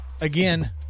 Again